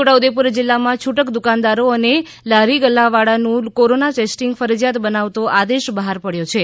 છોટા ઉદેપુર જિલ્લા માં છૂટક દુકાનદારો અને લારી ગલ્લાવાળાનું કોરોના ટેસ્ટિંગ ફરજિયાત બનાવતો આદેશ બહાર પડ્યો છે